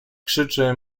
krzyczy